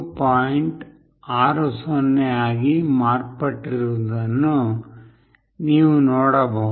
60 ಆಗಿ ಮಾರ್ಪಟ್ಟಿರುವುದನ್ನು ನೀವು ನೋಡಬಹುದು